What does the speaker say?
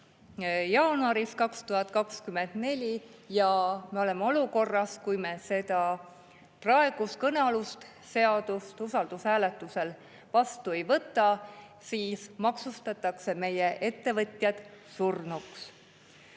jaanuaril 2024, ja me oleme olukorras, et kui me praegu [arutlusel olevat] seadust usaldushääletusel vastu ei võta, siis maksustatakse meie ettevõtjad surnuks.